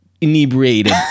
inebriated